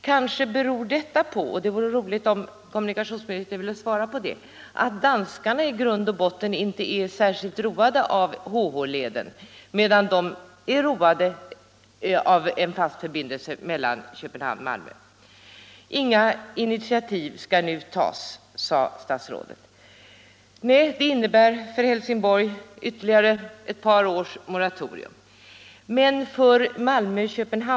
Kanske beror det på — det vore roligt om kommunikationsministern ville ge besked på den punkten — att danskarna i grund och botten inte är särskilt roade av HH-leden, medan de är roade av en fast förbindelse mellan Köpenhamn och Malmö. Inga initiativ skall nu tas, sade statsrådet. Det innebär ytterligare ett par års moratorium för Helsingborg.